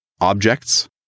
objects